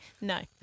no